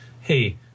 hey